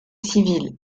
civils